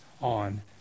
on